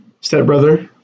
stepbrother